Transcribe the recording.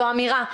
זו אמירה.